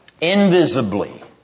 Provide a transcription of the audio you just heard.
invisibly